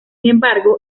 embargo